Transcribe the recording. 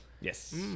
Yes